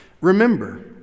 Remember